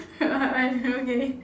okay